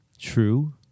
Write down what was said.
true